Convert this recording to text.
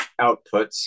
outputs